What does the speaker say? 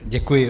Děkuji.